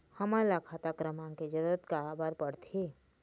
हमन ला खाता क्रमांक के जरूरत का बर पड़थे?